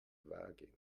vage